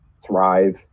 thrive